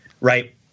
right